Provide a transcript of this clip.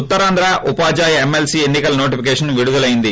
ఉత్తరాంధ్ర ఉపాధ్యాయ ఎమ్మెల్సీ ఎన్ని కల నోటిఫికేషన్ విడుదలైంది